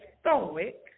stoic